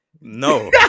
No